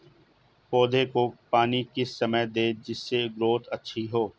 पौधे को पानी किस समय दें जिससे ग्रोथ अच्छी हो?